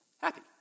happy